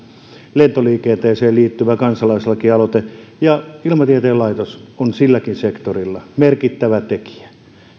lentoliikenteeseen liittyvä kansalaislakialoite ja ilmatieteen laitos on silläkin sektorilla merkittävä tekijä